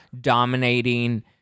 dominating